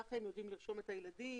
כך הם יודעים לרשום את הילדים.